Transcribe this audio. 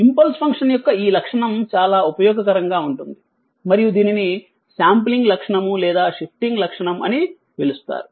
impulse function యొక్క ఈ లక్షణం చాలా ఉపయోగకరంగా ఉంటుంది మరియు దీనిని శాంప్లింగ్ లక్షణం లేదా షిఫ్టింగ్ లక్షణం అని పిలుస్తారు